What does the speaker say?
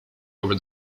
over